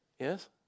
Yes